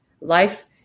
Life